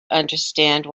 understand